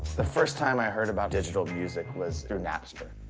the first time i heard about digital music was through napster.